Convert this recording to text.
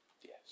Yes